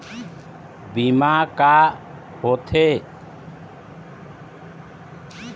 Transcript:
बीमा का होते?